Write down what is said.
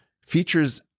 features